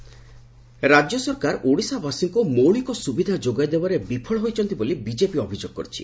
ଅରୁଣ ସିଂ ରାଜ୍ୟ ସରକାର ଓଡ଼ିଶାବାସୀଙ୍କୁ ମୌଳିକ ସୁବିଧା ଯୋଗାଇଦେବାରେ ବିଫଳ ହୋଇଛନ୍ତି ବୋଲି ବିଜେପି ଅଭିଯୋଗ କରିଛି